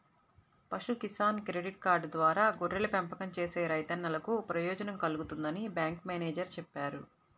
పశు Kisan credit card ద్వారా గొర్రెల పెంపకం చేసే రైతన్నలకు ప్రయోజనం కల్గుతుందని బ్యాంకు మేనేజేరు చెప్పారు